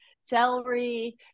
celery